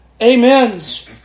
amens